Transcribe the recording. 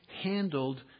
handled